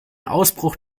ausbruch